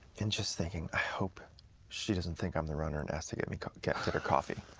and just thinking, i hope she doesn't think i'm the runner, and asks to get i mean get her coffee.